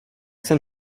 jsem